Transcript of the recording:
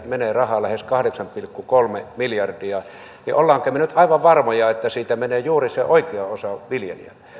menee rahaa yhteensä lähes kahdeksan pilkku kolme miljardia olemmeko me nyt aivan varmoja että siitä menee juuri se oikea osa viljelijälle